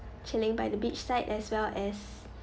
chilling by the beach side as well as